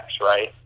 right